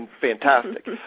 fantastic